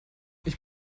ich